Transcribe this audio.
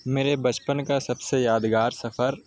میرے بچپن کا سب سے یادگار سفر